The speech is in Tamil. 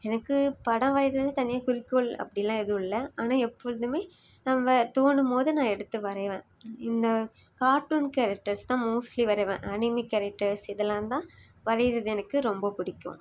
எனக்கு படம் வரைறதுன்னு தனியாக குறிக்கோள் அப்படிலாம் எதுவும் இல்லை ஆனால் எப்போதுமே நம்ப தோணும்போது நான் எடுத்து வரைவன் இந்த கார்ட்டூன் கேரக்டர்ஸ் தான் மோஸ்ட்லீ வரைவன் அனிமி கேரக்டர்ஸ் இதலாம்தான் வரைறது எனக்கு ரொம்ப பிடிக்கும்